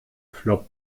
flop